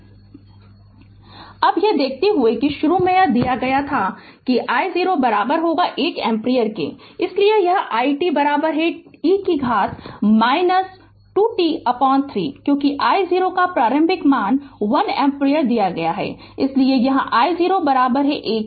Refer Slide Time 1756 अब यह देखते हुए कि शुरू में यह दिया गया था कि I0 1 एम्पीयर इसलिए यह i t e से घात 2 t 3 क्योंकि I0 का प्रारंभिक मान 1 एम्पीयर दिया गया है इसलिए यहाँ I0 1 रखें